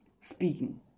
speaking